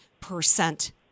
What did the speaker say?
percent